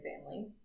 family